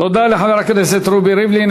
תודה לחבר הכנסת רובי ריבלין.